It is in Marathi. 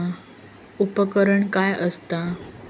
उपकरण काय असता?